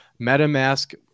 MetaMask